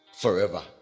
forever